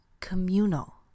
communal